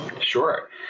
Sure